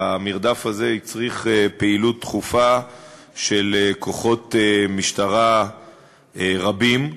והמרדף הזה הצריך פעילות דחופה של כוחות משטרה רבים,